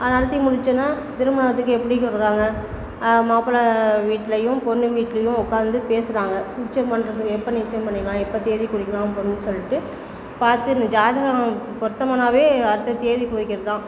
அதை நடத்தி முடிச்சோடன்னா திருமணத்துக்கு எப்படி மாப்பிள்ள வீட்டிலையும் பொண்ணு வீட்டிலையும் உக்காந்து பேசுறாங்க நிச்சயம் பண்ணுறதுக்கு எப்போ நிச்சயம் பண்ணிக்கலாம் எப்போ தேதி குறிக்கலாம் அப்புடின்னு சொல்லிட்டு பார்த்து ஜாதகம் பொருத்தமானாவே அடுத்து தேதி குறிக்கிறது தான்